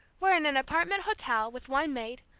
we're in an apartment hotel, with one maid.